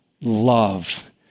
Love